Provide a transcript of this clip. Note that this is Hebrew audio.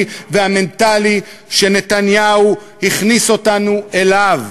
והמנטלי שנתניהו הכניס אותנו אליו,